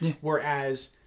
Whereas